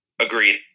agreed